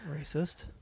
Racist